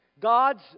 God's